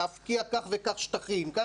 להפקיע כך וכך שטחים,